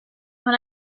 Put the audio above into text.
when